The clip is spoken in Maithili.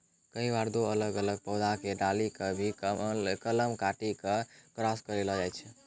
कई बार दो अलग अलग पौधा के डाली कॅ भी कलम काटी क क्रास करैलो जाय छै